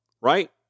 right